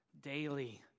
daily